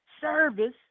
service